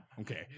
Okay